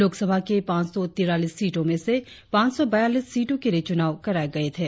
लोकसभा की पांच सौ तैतालीस सीटों में से पांच सौ बयालीस सीटों के लिए चुनाव कराए गए थे